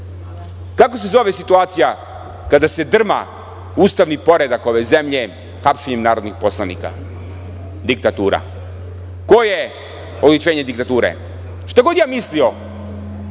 se zove situacija kada se drma ustavni poredak ove zemlje hapšenjem narodnih poslanika? Diktatura. Ko je oličenje diktature? Šta god mislio